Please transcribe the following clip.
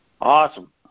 Awesome